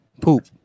Poop